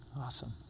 awesome